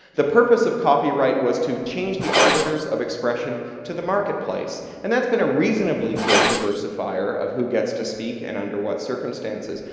the purpose of copyright was to change the arbiters of expression to the marketplace, and that's been a reasonably good diversifier of who gets to speak and under what circumstances.